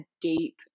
deep